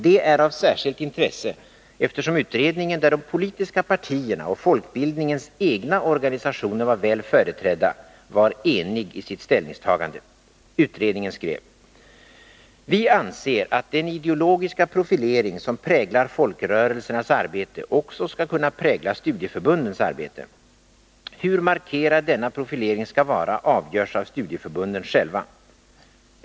Det är av särskilt intresse eftersom utredningen, där de politiska partierna och folkbildningens egna organisationer var väl företrädda, var enig i sitt ställningstagande. Utredningen skrev: ”Vi anser att den ideologiska profilering, som präglar folkrörelsernas arbete också skall kunna prägla studieförbundens arbete. Hur markerad denna profilering skall vara avgörs av studieförbunden själva.